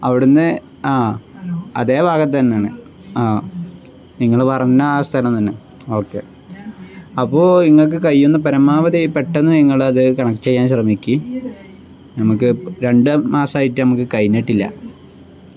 അവിടെ നിന്ന് ആ അതേ ഭാഗം തന്നെയാണ് ആ നിങ്ങൾ പറഞ്ഞ ആ സ്ഥലം തന്നെ ഓക്കെ അപ്പോൾ നിങ്ങൾക്ക് കഴിയുന്ന പരമാവധി പെട്ടെന്ന് നിങ്ങൾ അത് കണക്ട് ചെയ്യാൻ ശ്രമിക്ക് നമുക്ക് രണ്ട് മാസമായിട്ട് നമുക്ക് കഴിഞ്ഞിട്ടില്ല